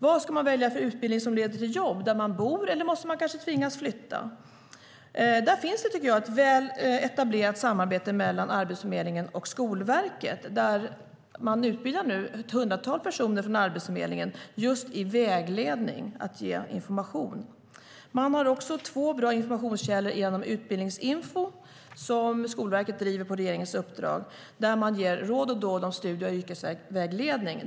Vad ska man välja för utbildning som leder till jobb - där man bor, eller tvingas man kanske flytta? Där finns det ett väl etablerat samarbete mellan Arbetsförmedlingen och Skolverket där man nu utbildar ett hundratal personer från Arbetsförmedlingen just i vägledning - att ge information. Man har också två bra informationskällor genom Utbildningsinfo, som Skolverket driver på regeringens uppdrag. Där ger man råd och dåd om studie och yrkesvägledning.